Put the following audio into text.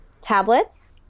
tablets